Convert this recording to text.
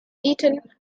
eaten